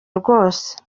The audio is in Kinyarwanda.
rwose